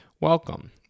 welcome